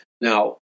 Now